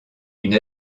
une